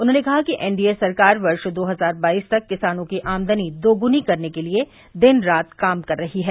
उन्होंने कहा कि एनडीए सरकार वर्ष दो हजार बाईस तक किसानों की आमदनी दोग्नी करने के लिए दिन रात काम कर रही है